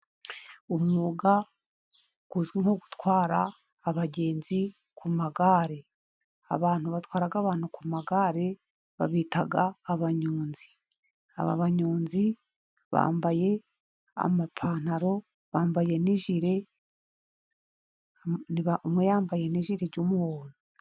Umwuga uzwi nko gutwara abagenzi ku magare. Abantu batwara abantu ku magare, babita abanyonzi. Aba banyonzi bambaye amapantaro, bambaye n'ijire, umwe yambaye n'ijire ry'umuhondo.